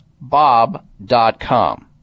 bob.com